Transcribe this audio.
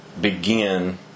begin